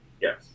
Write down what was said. Yes